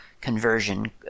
conversion